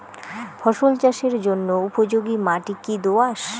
ফসল চাষের জন্য উপযোগি মাটি কী দোআঁশ?